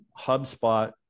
HubSpot